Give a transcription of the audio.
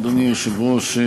אדוני היושב-ראש,